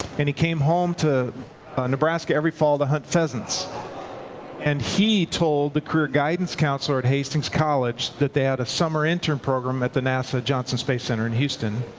and he came home to nebraska every fall to hunt pheasant and he told the career guidance counselor at hastings college that they had a summer intern program at the nasa johnson space center in houston.